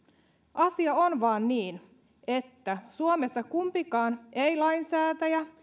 asia on vaan niin että suomessa ei kumpikaan ei lainsäätäjä